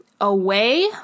away